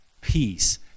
peace